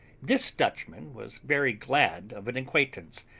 this dutchman was very glad of an acquaintance,